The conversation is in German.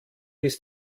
ist